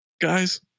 Guys